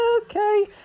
okay